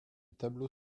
tableau